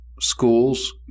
schools